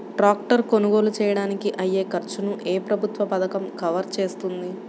Tractor కొనుగోలు చేయడానికి అయ్యే ఖర్చును ఏ ప్రభుత్వ పథకం కవర్ చేస్తుంది?